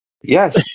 Yes